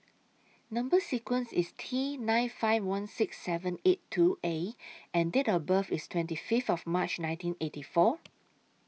Number sequence IS T nine five one six seven eight two A and Date of birth IS twenty Fifth of March nineteen eighty four